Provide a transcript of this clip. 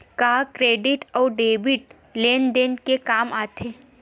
का क्रेडिट अउ डेबिट लेन देन के काम आथे?